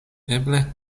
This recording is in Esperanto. eble